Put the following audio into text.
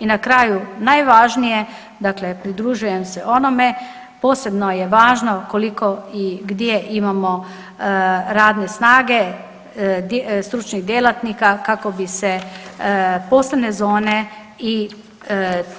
I na kraju najvažnije, dakle pridružujem se onome posebno je važno koliko i gdje imamo radne snage, stručnih djelatnika kako bi se poslovne zone i